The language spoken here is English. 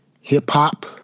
hip-hop